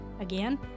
Again